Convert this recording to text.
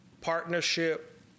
partnership